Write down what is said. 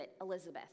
Elizabeth